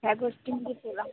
flag hoisting দিয়ে তোলা